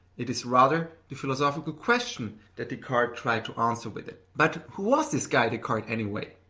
it is rather the philosophical question that descartes tried to answer with it. but who was this guy descartes, anyway?